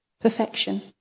perfection